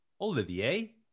Olivier